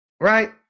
Right